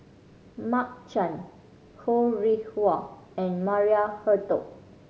Mark Chan Ho Rih Hwa and Maria Hertogh